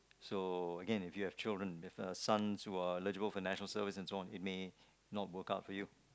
so again if you have children with a sons who are eligible who are National-Service and so on it may not work out for you